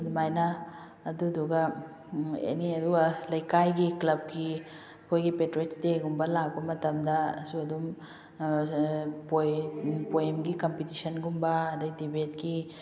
ꯑꯗꯨꯃꯥꯏꯅ ꯑꯗꯨꯗꯨꯒ ꯑꯦꯅꯤ ꯑꯗꯨꯒ ꯂꯩꯀꯥꯏꯒꯤ ꯀ꯭ꯂꯕꯀꯤ ꯑꯩꯈꯣꯏꯒꯤ ꯄꯦꯇ꯭ꯔꯣꯏꯠꯁ ꯗꯦꯒꯨꯝꯕ ꯂꯥꯛꯄ ꯃꯇꯝꯗꯁꯨ ꯑꯗꯨꯝ ꯄꯣꯏꯝꯒꯤ ꯀꯝꯄꯤꯇꯤꯁꯟꯒꯨꯝꯕ ꯑꯗꯒꯤ ꯗꯤꯕꯦꯠꯀꯤ